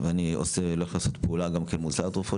ואני הולך לעשות פעולה מול סל התרופות